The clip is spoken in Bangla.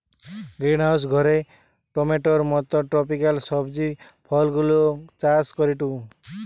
গ্রিনহাউস ঘরে টমেটোর মত ট্রপিকাল সবজি ফলগুলা চাষ করিটু